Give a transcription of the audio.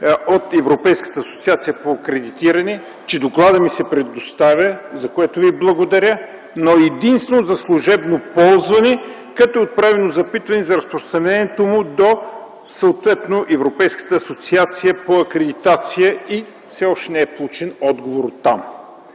от Европейската асоциация по акредитиране, че докладът ми се предоставя, за което Ви благодаря, но единствено за служебно ползване, като е отправено запитване за разпространението му съответно до Европейската асоциация по акредитация и все още оттам не е получен отговор.